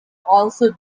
also